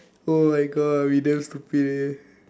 oh my God we damn stupid leh